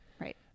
right